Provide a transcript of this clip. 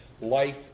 Life